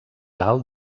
alt